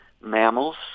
mammals